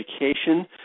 education